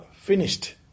finished